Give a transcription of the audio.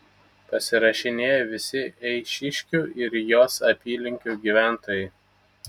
pasirašinėja visi eišiškių ir jos apylinkių gyventojai